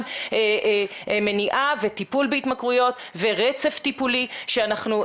מניעה וטיפול בהתמכרויות ורצף טיפולי שאנחנו,